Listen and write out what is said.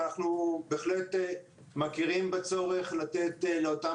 אנחנו בהחלט מכירים בצורך לתת לאותם